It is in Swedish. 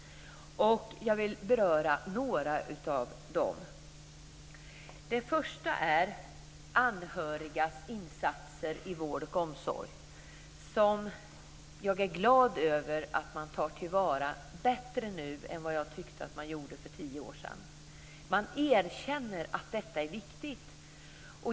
Jag vill beröra några av dem. Den första gäller anhörigas insatser i vård och omsorg. Jag är glad över att man tar till vara de anhöriga bättre nu än vad jag tycker att man gjorde för tio år sedan. Man erkänner att de anhöriga är viktiga.